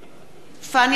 פניה קירשנבאום,